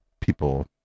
people